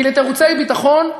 כי לתירוצי ביטחון,